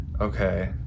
okay